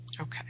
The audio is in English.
Okay